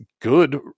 good